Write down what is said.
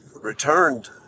returned